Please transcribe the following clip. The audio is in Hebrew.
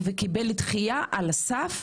וקיבל דחייה על הסף,